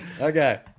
okay